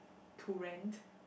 to rent